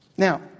Now